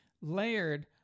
layered